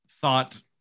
thought